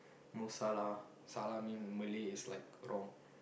Mo Salah salah mean Malay is like wrong